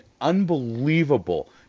unbelievable